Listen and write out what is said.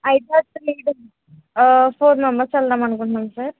అయితే four members వెళదామని అనుకుంటున్నాము సార్